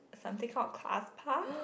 something called Class Pass